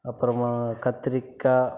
அப்புறமா கத்திரிக்காய்